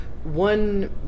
One